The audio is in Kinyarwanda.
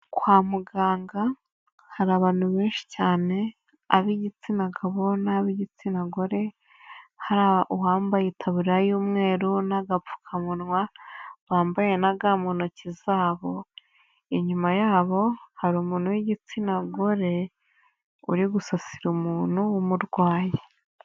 Kwa muganga hari abantu benshi cyane ab'igitsina gabo n'ab'igitsina gore, hari uwambaye itaburiya y'umweru n'agapfukamunwa bambaye na ga mu ntoki zabo, inyuma yabo hari umuntu w'igitsina gore uri gusasira umuntu w'umurwayi.